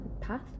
path